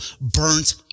burnt